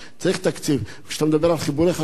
כשאתה מדבר על חיבורי חשמל ללא תוכניות מיתאר,